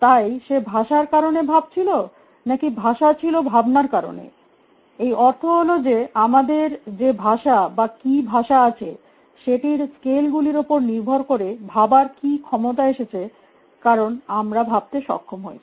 তাই সে ভাষার কারণে ভাবছিল নাকি ভাষা ছিল ভাবনার কারণে এই অর্থ হল যে আমাদের যে ভাষা বা কী ভাষা আছে সেটির স্কেলগুলির উপর নির্ভর করে ভাবার কী ক্ষমতা এসেছে কারণ আমরা ভাবতে সক্ষম হয়েছি